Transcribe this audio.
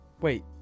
wait